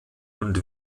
und